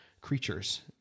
creatures